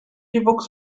evokes